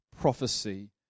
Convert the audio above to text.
prophecy